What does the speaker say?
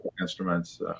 instruments